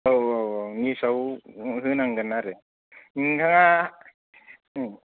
औ औ औ निउजाव होनांगोन आरो नोंथाङा